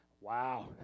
wow